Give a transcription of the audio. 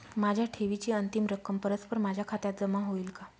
माझ्या ठेवीची अंतिम रक्कम परस्पर माझ्या खात्यात जमा होईल का?